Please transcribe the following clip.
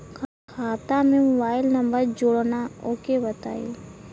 खाता में mobile number जोड़ना ओके बताई?